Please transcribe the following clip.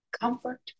comfort